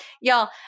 y'all